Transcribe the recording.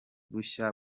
bushya